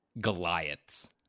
Goliaths